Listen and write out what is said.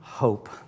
hope